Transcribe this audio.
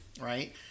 right